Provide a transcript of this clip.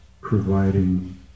providing